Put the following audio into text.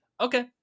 okay